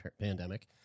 pandemic